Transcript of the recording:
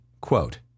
Quote